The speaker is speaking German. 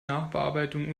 nachbearbeitung